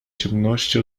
ciemności